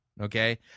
okay